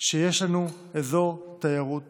שיש לנו אזור תיירות